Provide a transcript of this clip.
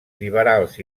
liberals